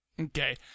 Okay